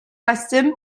weston